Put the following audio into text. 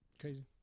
Crazy